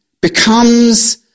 becomes